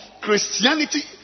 Christianity